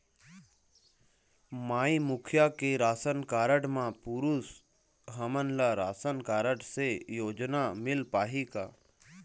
माई मुखिया के ration card म पुरुष हमन ला राशन कारड से योजना मिल पाही का?